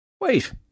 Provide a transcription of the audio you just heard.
Wait